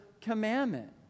commandment